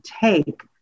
take